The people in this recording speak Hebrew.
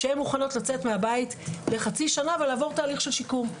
לצאת מהבית כחצי שנה, ולעבור תהליך של שיקום.